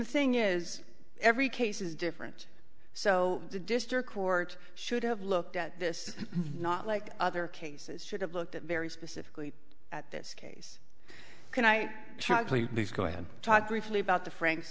the thing is every case is different so the district court should have looked at this not like other cases should have looked at very specifically at this case can i please go ahead and talk briefly about the franks